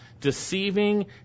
deceiving